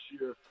year